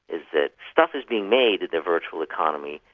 is that stuff is being made in the virtual economy,